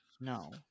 no